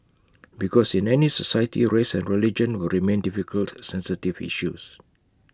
because in any society race and religion will remain difficult sensitive issues